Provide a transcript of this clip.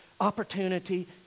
Opportunity